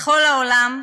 בכל העולם,